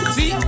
See